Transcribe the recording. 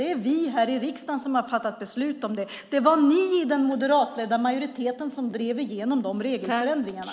Det är vi här i riksdagen som har fattat beslut om det. Det var den moderatledda majoriteten som drev igenom de regelförändringarna.